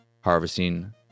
harvesting